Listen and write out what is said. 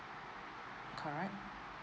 correct